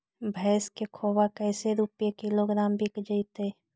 भैस के खोबा कैसे रूपये किलोग्राम बिक जइतै?